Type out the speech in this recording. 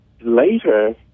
later